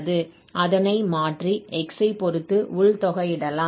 அதனை மாற்றி x ஐ பொறுத்து உள் தொகையிடலாம்